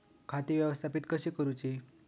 खाती व्यवस्थापित कशी करूची?